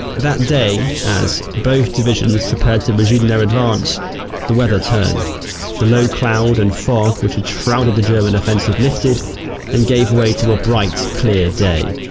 that day, as both divisions prepared to resume their advance the weather turned the low cloud and fog which had shrouded the german offensive lifted and gave way to a bright clear day.